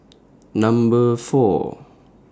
Number four